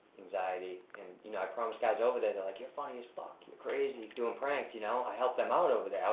anxiety. and you know, i promised guys over there, they're like you're funny as fuck, you're crazy doin' pranks you know. i helped them out over there,